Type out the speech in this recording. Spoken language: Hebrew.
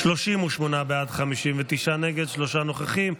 בעד, 38, נגד, 59, שלושה נוכחים.